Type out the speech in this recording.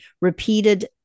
repeated